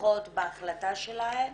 בטוחות בהחלטה שלהן,